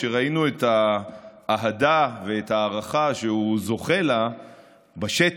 כשראינו את האהדה ואת ההערכה שהוא זוכה לה בשטח,